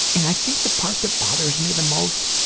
and i think the part that bothers me the most,